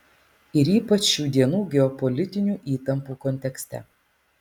ir ypač šių dienų geopolitinių įtampų kontekste